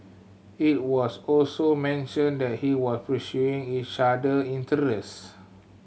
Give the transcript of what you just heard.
it was also mentioned that he was pursuing each other interests